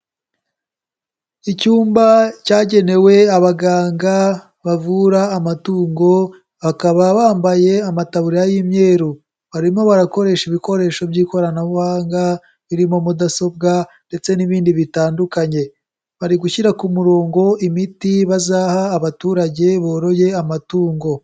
Icyumba cyagenewe abaganga bavura amatungo bakaba bambaye amataburiya y'imyeru, barimo barakoresha ibikoresho by'ikoranabuhanga birimo mudasobwa ndetse n'ibindi bitandukanye, bari gushyira ku murongo imiti bazaha abaturage boroye amatungo.